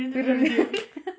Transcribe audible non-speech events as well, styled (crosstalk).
பிறந்து:piranthu (laughs) (noise)